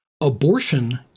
Abortion